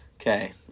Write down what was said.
okay